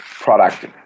product